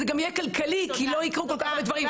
זה גם יהיה כלכלי כי לא יקרו כל כך הרבה דברים.